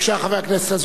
חבר הכנסת אזולאי,